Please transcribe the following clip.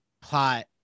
plot